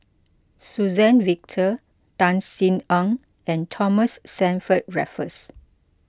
Suzann Victor Tan Sin Aun and Thomas Stamford Raffles